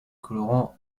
colorant